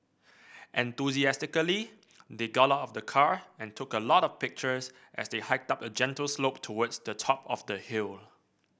enthusiastically they got out of the car and took a lot of pictures as they hiked up a gentle slope towards the top of the hill